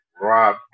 Rob